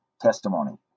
testimony